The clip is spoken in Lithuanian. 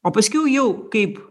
o paskiau jau kaip